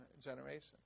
generation